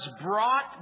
brought